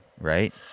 right